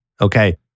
Okay